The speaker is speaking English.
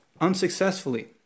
unsuccessfully